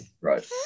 Right